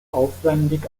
aufwendig